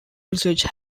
research